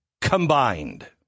combined